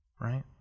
right